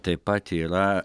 taip pat yra